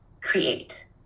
create